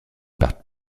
par